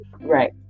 Right